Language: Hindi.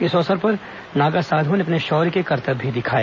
इस अवसर पर नागा साध्ओं ने अपने शौर्य के करतब भी दिखाए